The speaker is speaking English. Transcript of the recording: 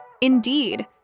Indeed